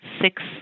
six